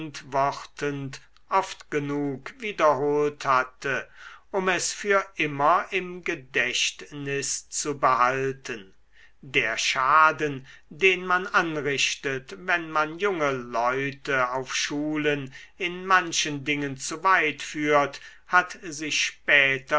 antwortend oft genug wiederholt hatte um es für immer im gedächtnis zu behalten der schaden den man anrichtet wenn man junge leute auf schulen in manchen dingen zu weit führt hat sich späterhin